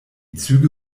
züge